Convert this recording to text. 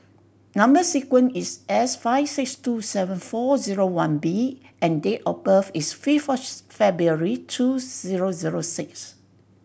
number sequence is S five six two seven four zero one B and date of birth is fifth February two zero zero six